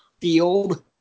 field